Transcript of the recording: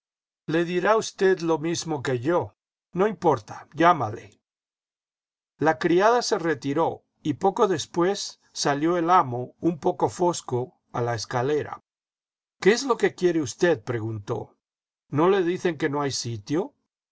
le dirá a usted lo mismo que yo no importa llámale la criada se retiró y poco después salió el amo un poco fosco a la escalera iqué es lo que quiere usted preguntó no le dicen que no hay sitio